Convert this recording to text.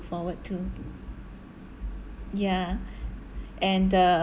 forward to ya and uh